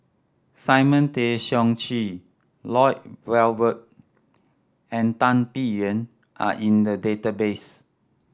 Simon Tay Seong Chee Lloyd Valberg and Tan Biyun are in the database